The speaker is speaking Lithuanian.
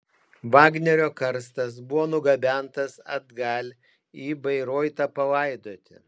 vagnerio karstas buvo nugabentas atgal į bairoitą palaidoti